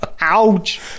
Ouch